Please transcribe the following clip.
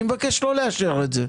אני מבקש לא לאשר את זה.